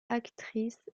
actrice